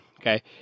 okay